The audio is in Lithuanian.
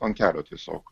ant kelio tiesiog